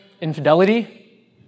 infidelity